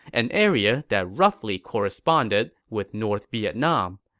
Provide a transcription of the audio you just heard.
an area that roughly corresponded with north vietnam.